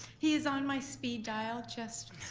he is on my speed dial, just